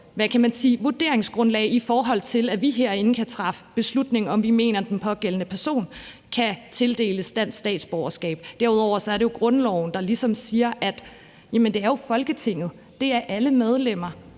så kan bruge som vurderingsgrundlag, i forhold til at vi herinde kan træffe beslutning om, om vi mener, den pågældende person kan tildeles dansk statsborgerskab. Derudover er det jo grundloven, der ligesom siger, at det er Folketinget, alle medlemmer